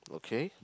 okay